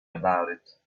about